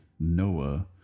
Noah